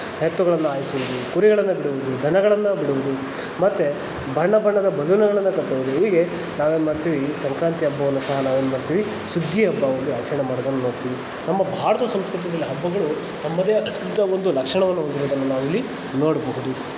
ಎತ್ತುಗಳನ್ನು ಹಾಯಿಸುವುದು ಕುರಿಗಳನ್ನು ಬಿಡುವುದು ದನಗಳನ್ನು ಬಿಡುವುದು ಮತ್ತು ಬಣ್ಣ ಬಣ್ಣದ ಬಲೂನುಗಳನ್ನು ಕಟ್ಟುವುದು ಹೀಗೆ ನಾವೇನು ಮಾಡ್ತೀವಿ ಈ ಸಂಕ್ರಾಂತಿ ಹಬ್ಬವನ್ನು ಸಹ ನಾವೇನು ಮಾಡ್ತೀವಿ ಸುಗ್ಗಿ ಹಬ್ಬವೆಂದು ಆಚರಣೆ ಮಾಡೊದನ್ನು ನೋಡ್ತೀವಿ ನಮ್ಮ ಭಾರತ ಸಂಸ್ಕೃತದಲ್ಲಿ ಹಬ್ಬಗಳು ತಮ್ಮದೇ ಆದಂತಹ ಒಂದು ಲಕ್ಷಣವನ್ನು ಹೊಂದಿರೋದನ್ನು ನಾವಿಲ್ಲಿ ನೋಡಬಹುದು